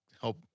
help